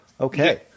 Okay